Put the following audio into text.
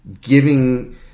Giving